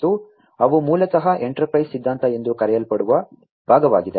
ಮತ್ತು ಅವು ಮೂಲತಃ ಎಂಟರ್ಪ್ರೈಸ್ ಸಿದ್ಧಾಂತ ಎಂದು ಕರೆಯಲ್ಪಡುವ ಭಾಗವಾಗಿದೆ